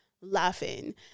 laughing